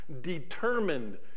determined